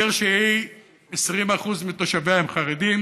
עיר ש-20% מתושביה הם חרדים